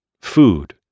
Food